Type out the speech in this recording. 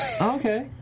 Okay